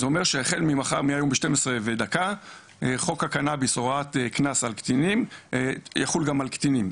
זה אומר שהחל מהיום מ-12 ודקה חוק הקנאביס הוראת קנס יחול גם על קטינים.